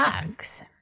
dogs